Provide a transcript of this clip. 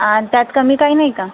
त्यात कमी काही नाही का